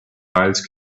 eyes